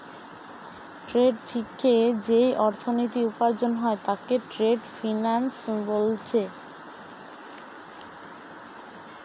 trade থিকে যেই অর্থনীতি উপার্জন হয় তাকে ট্রেড ফিন্যান্স বোলছে